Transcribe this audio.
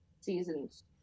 season's